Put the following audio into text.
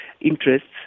interests